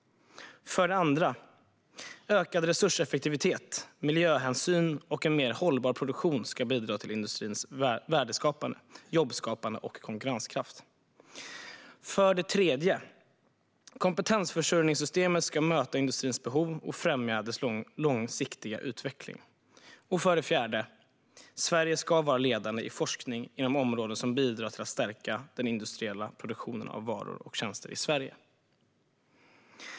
För det andra: Ökad resurseffektivitet, miljöhänsyn och en mer hållbar produktion ska bidra till industrins värdeskapande, jobbskapande och konkurrenskraft. För det tredje: Kompetensförsörjningssystemet ska möta industrins behov och främja dess långsiktiga utveckling. För det fjärde: Sverige ska vara ledande i forskning inom områden som bidrar till att stärka den industriella produktionen av varor och tjänster i Sverige.